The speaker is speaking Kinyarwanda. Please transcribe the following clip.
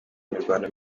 imirwano